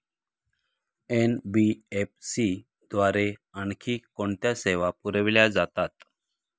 NBFC द्वारे आणखी कोणत्या सेवा पुरविल्या जातात?